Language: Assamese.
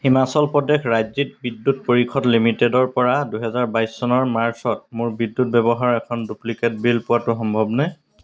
হিমাচল প্ৰদেশ ৰাজ্যিক বিদ্যুৎ পৰিষদ লিমিটেডৰপৰা দুহেজাৰ বাইছ চনৰ মাৰ্চত মোৰ বিদ্যুৎ ব্যৱহাৰৰ এখন ডুপ্লিকেট বিল পোৱাটো সম্ভৱনে